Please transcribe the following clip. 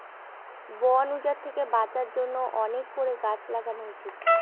বন উজাড় থেকে বাঁচার জন্য অনেক করে গাছ লাগানো উচিত